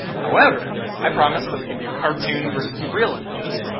however, i promised that we could do cartoon versus real images,